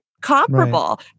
comparable